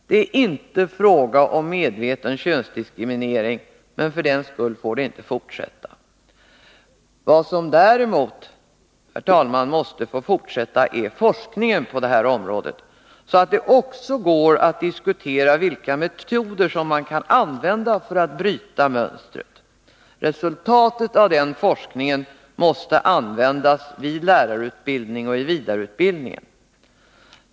Det är inte fråga om medveten könsdiskriminering, men för den skull kan vi inte låta det fortsätta. Vad som däremot måste få fortsätta är forskningen på det här området, så att det också går att diskutera vilka metoder som bör användas för att bryta mönstret. Resultaten av den forskningen måste användas vid lärarutbildning och i vidareutbildning.